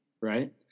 right